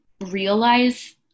realize